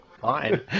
fine